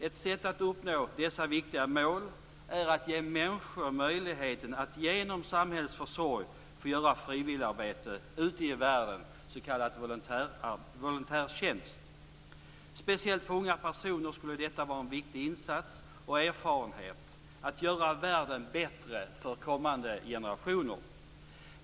Ett sätt att uppnå dessa viktiga mål är att ge människor möjligheten att genom samhällets försorg få göra frivilligarbete ute i världen, s.k. volontärtjänst. Speciellt för unga personer skulle detta vara en viktig insats och erfarenhet - att göra världen bättre för kommande generationer.